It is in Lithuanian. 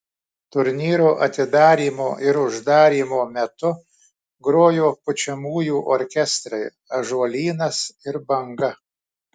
turnyro atidarymo ir uždarymo metu grojo pučiamųjų orkestrai ąžuolynas ir banga